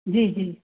जी जी